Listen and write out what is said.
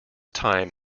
time